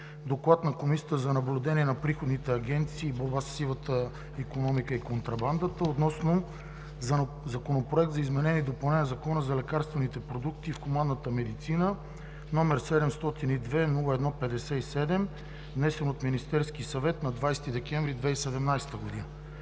„ДОКЛАД на Комисията за наблюдение на приходните агенции и борба със сивата икономика и контрабандата относно Законопроект за изменение и допълнение на Закона за лекарствените продукти в хуманната медицина, № 702-01-57, внесен от Министерския съвет на 20 декември 2017 г.